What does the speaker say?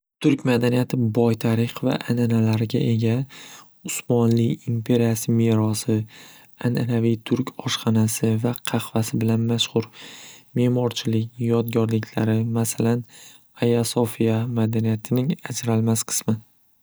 Turk madaniyati boy tarix va an'analarga ega usmoniy imperiyasi merosi an'anaviy turk oshxonasi va qahvasi bilan mashxur memorchilik yodgorliklari masalan ayasofiya madaniyatining ajralmas qismi.